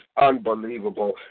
unbelievable